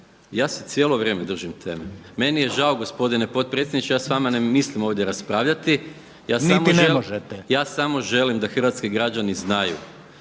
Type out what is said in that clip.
Ja se cijelo vrijeme držim teme. Meni je žao gospodine potpredsjedniče, ja s vama ne mislim ovdje raspravljati, ja samo želim …/Upadica Reiner: